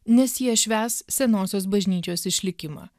nes jie švęs senosios bažnyčios išlikimą